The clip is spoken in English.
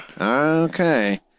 Okay